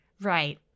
Right